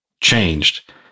changed